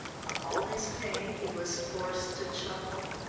for all his pain he was forced to chuckle.